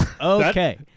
Okay